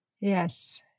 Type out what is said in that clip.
Yes